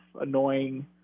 annoying